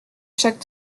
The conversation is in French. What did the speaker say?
chaque